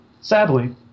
Sadly